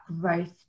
growth